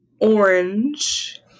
orange